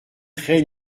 traits